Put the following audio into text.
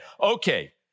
okay